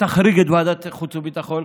שתחריג את ועדת החוץ והביטחון,